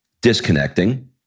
disconnecting